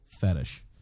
fetish